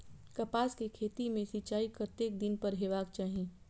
कपास के खेती में सिंचाई कतेक दिन पर हेबाक चाही?